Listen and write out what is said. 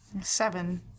Seven